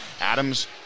Adams